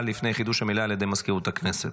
לפני חידוש המליאה על ידי מזכירות הכנסת.